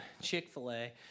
Chick-fil-A